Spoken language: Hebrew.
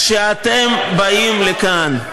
כשאתם באים לכאן,